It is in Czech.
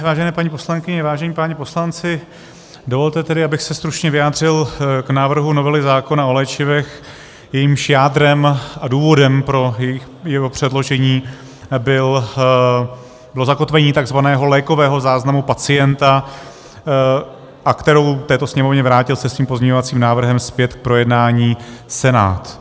Vážené paní poslankyně, vážení páni poslanci, dovolte tedy, abych se stručně vyjádřil k návrhu novely zákona o léčivech, jejímž jádrem a důvodem pro její předložení bylo zakotvení tzv. lékového záznamu pacienta a kterou této Sněmovně vrátil se svým pozměňovacím návrhem zpět k projednání Senát.